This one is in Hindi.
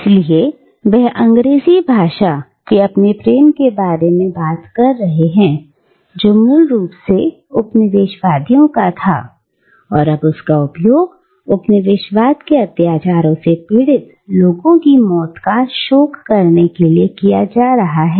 इसलिए वह अंग्रेजी भाषा के लिए अपने प्रेम के बारे में बात करते हैं जो मूल रूप से उपनिवेशवादियों का था और अब उसका उपयोग उपनिवेशवाद के अत्याचारों से पीड़ित लोगों की मौत का शोक करने के लिए किया जा रहा है